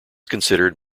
considered